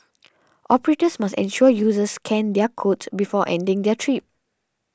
operators must ensure users scan their codes before ending their trip